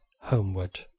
homeward